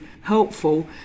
helpful